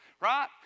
right